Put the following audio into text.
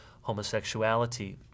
homosexuality